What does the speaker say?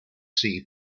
sea